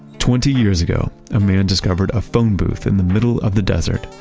twenty years ago, a man discovered a phone booth in the middle of the desert.